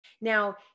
Now